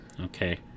Okay